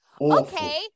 Okay